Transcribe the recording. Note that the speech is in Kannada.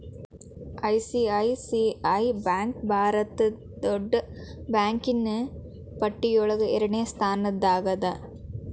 ಐ.ಸಿ.ಐ.ಸಿ.ಐ ಬ್ಯಾಂಕ್ ಭಾರತದ್ ದೊಡ್ಡ್ ಬ್ಯಾಂಕಿನ್ನ್ ಪಟ್ಟಿಯೊಳಗ ಎರಡ್ನೆ ಸ್ಥಾನ್ದಾಗದ